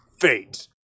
fate